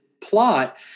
plot